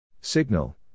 Signal